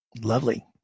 Lovely